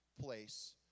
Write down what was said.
place